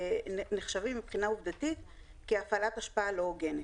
מבחינה עובדתית כהפעלת השפעה לא הוגנת.